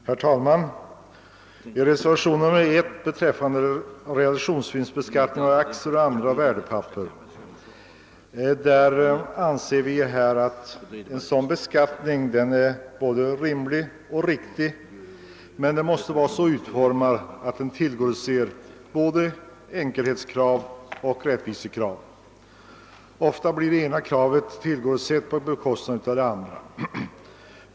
Herr talman! I reservationen 1 beträffande = realisationsvinstbeskattning av aktier och andra värdepapper, en beskattning som i och för sig är både rimlig och riktig, framhåller vi att beskattningen måste vara så utformad att den tillgodoser såväl enkelhetskrav som rättvisekrav. Ofta blir det ena kravet tillgodosett på bekostnad av det andra.